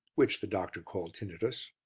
which the doctor called tinnitus.